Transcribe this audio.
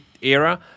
era